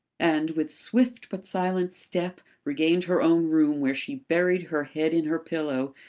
and, with swift but silent step, regained her own room where she buried her head in her pillow,